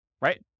Right